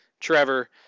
Trevor